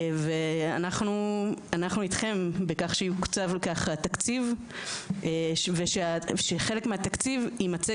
ואנחנו איתכם בכך שיוקצב לכך התקציב ושבחלק מהתקציב יימצא